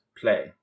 play